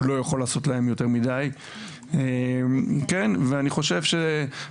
הוא לא יכול לעשות להם יותר מידי ואני חושב שאנחנו